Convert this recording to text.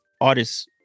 artists